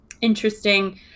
interesting